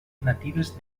natives